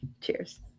Cheers